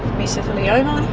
mesothelioma,